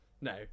No